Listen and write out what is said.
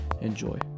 Enjoy